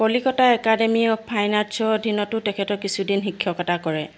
Kolkata academy of ফাইনাআৰ্টছৰ অধিনতো তেখেতে কিছুদিন শিক্ষকতা কৰে